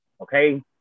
Okay